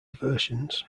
versions